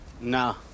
No